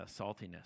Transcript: saltiness